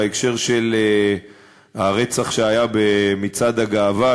בהקשר של הרצח שהיה במצעד הגאווה,